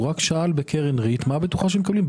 הוא רק שאל בקרן ריט מה הבטוחה שמקבלים.